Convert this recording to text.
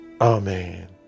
Amen